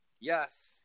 Yes